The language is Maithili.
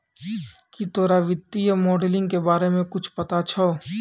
की तोरा वित्तीय मोडलिंग के बारे मे कुच्छ पता छौं